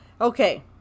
Okay